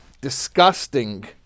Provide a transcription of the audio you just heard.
disgusting